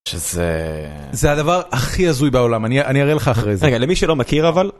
זה הדבר הכי הזוי בעולם אני אני אראה לך אחרי זה למי שלא מכיר אבל.